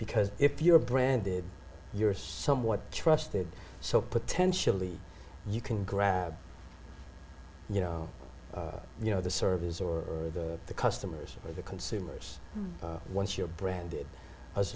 because if you're a brand you're somewhat trusted so potentially you can grab you know you know the service or the customers or the consumers once you're branded as